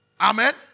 Amen